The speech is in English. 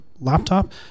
laptop